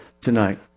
tonight